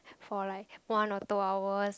for like one or two hour